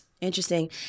Interesting